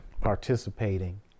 participating